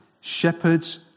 shepherds